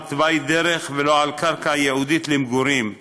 תוואי דרך ולא על קרקע ייעודית למגורים,